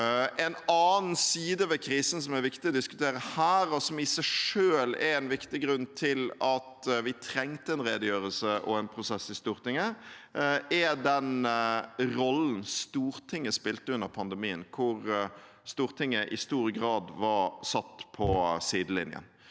En annen side ved krisen som er viktig å diskutere her, og som i seg selv er en viktig grunn til at vi trengte en redegjørelse og en prosess i Stortinget, er den rollen Stortinget spilte under pandemien, hvor Stortinget i stor grad var satt på sidelinjen,